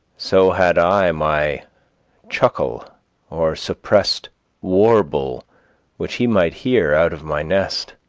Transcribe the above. so had i my chuckle or suppressed warble which he might hear out of my nest.